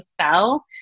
sell